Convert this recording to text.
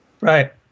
Right